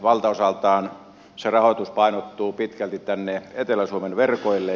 valtaosaltaan se rahoitus painottuu pitkälti tänne etelä suomen verkoille